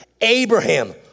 Abraham